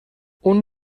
اون